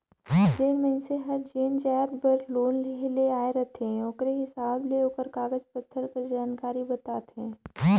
जेन मइनसे हर जेन जाएत बर लोन लेहे ले आए रहथे ओकरे हिसाब ले ओकर कागज पाथर कर जानकारी बताथे